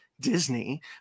Disney